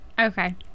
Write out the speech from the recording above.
Okay